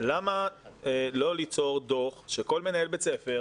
למה לא ליצור דוח שכל מנהל בית ספר,